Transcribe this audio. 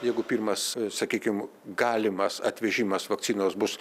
jeigu pirmas sakykim galimas atvežimas vakcinos bus